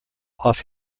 off